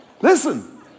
Listen